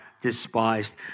despised